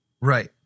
right